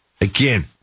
Again